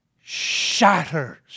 shatters